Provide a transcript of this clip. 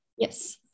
Yes